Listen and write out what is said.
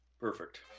perfect